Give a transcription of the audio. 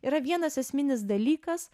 yra vienas esminis dalykas